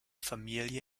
familie